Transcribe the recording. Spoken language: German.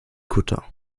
kutter